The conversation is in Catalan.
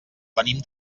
venim